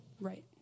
Right